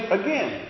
again